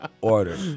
order